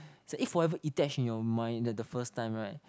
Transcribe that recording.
so it forever etched in your mind that the first time right